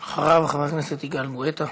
אחריו, חבר הכנסת יגאל גואטה.